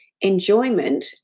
enjoyment